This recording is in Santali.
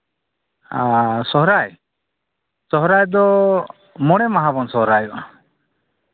ᱟᱨ ᱥᱚᱦᱚᱨᱟᱭ ᱥᱚᱦᱚᱨᱟᱭ ᱫᱚ ᱢᱚᱬᱮ ᱢᱟᱦᱟ ᱵᱚᱱ ᱥᱚᱦᱚᱨᱟᱭᱚᱜᱼᱟ